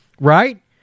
right